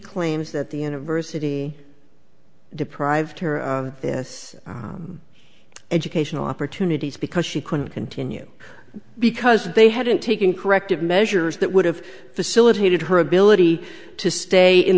claims that the university deprived her of this educational opportunities because she couldn't continue because if they hadn't taken corrective measures that would have facilitated her ability to stay in